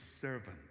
servant